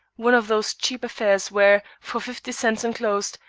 one of those cheap affairs where, for fifty cents enclosed,